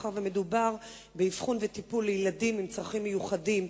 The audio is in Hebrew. מאחר שמדובר באבחון ובטיפול לילדים עם צרכים מיוחדים,